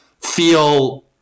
feel